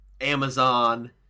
amazon